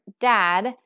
dad